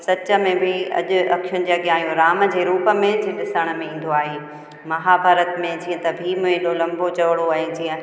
सच में बि अॼु अख़ियुनि जे अॻियां राम जे रूप में ई ॾिसण में ईंदो आहे महाभारत में जीअं त भीम एॾो लंबो चौड़ो आहे जीअं